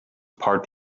part